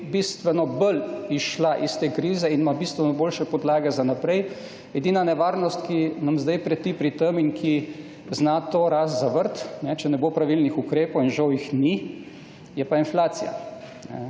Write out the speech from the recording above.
bistveno bolj izšla iz te krize in ima bistveno boljšo podlago za naprej. Edina nevarnost, ki nam zdaj preti pri tem in ki zna to rast zavrt, če ne bo pravilnih ukrepov in žal jih ni, je pa inflacija.